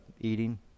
eating